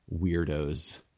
weirdos